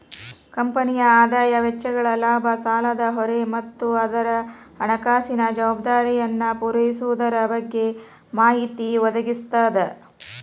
ಕಂಪನಿಯ ಆದಾಯ ವೆಚ್ಚಗಳ ಲಾಭ ಸಾಲದ ಹೊರೆ ಮತ್ತ ಅದರ ಹಣಕಾಸಿನ ಜವಾಬ್ದಾರಿಯನ್ನ ಪೂರೈಸೊದರ ಬಗ್ಗೆ ಮಾಹಿತಿ ಒದಗಿಸ್ತದ